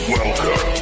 Welcome